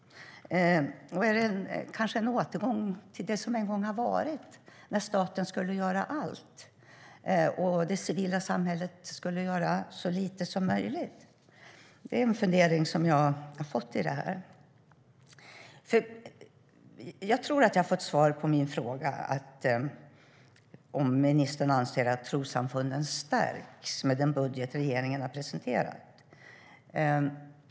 Är det kanske en återgång till det som en gång var, när staten skulle göra allt och det civila samhället skulle göra så lite som möjligt? Det är en fundering som jag har fått i det här. Jag tror att jag har fått svar på min fråga om ministern anser att trossamfunden stärks med den budget regeringen har presenterat.